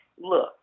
Look